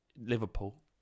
Liverpool